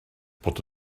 bod